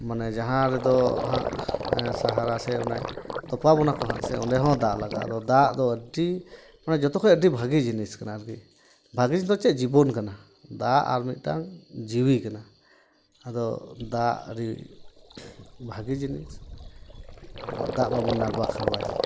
ᱢᱟᱱᱮ ᱡᱟᱦᱟᱨᱮᱫᱚ ᱦᱟᱸᱜ ᱥᱟᱦᱟᱨᱟ ᱥᱮ ᱚᱱᱟ ᱛᱚᱯᱟ ᱵᱚᱱᱟ ᱠᱚ ᱦᱟᱸᱜ ᱥᱮ ᱚᱸᱰᱮᱦᱚᱸ ᱫᱟᱜ ᱞᱟᱜᱟᱜᱼᱟ ᱟᱫᱚ ᱫᱟᱜ ᱫᱚ ᱟᱹᱰᱤ ᱢᱟᱱᱮ ᱡᱚᱛᱚ ᱠᱷᱚᱡ ᱟᱹᱰᱤ ᱵᱷᱟᱜᱤ ᱡᱤᱱᱤᱥ ᱠᱟᱱᱟ ᱟᱨᱠᱤ ᱵᱷᱟᱜᱤ ᱡᱤᱱᱤᱥ ᱫᱚ ᱪᱮᱫ ᱡᱤᱵᱚᱱ ᱠᱟᱱᱟ ᱫᱟᱜ ᱟᱨ ᱢᱤᱫᱴᱟᱝ ᱡᱤᱣᱤ ᱠᱟᱱᱟ ᱟᱫᱚ ᱫᱟᱜ ᱟᱹᱰᱤ ᱵᱷᱟᱜᱤ ᱡᱤᱱᱤᱥ ᱟᱫᱚ ᱫᱟᱜ ᱵᱟᱵᱚᱱ ᱱᱟᱨᱵᱟ ᱠᱷᱟᱨᱵᱟᱭᱟ